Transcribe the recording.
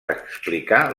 explicar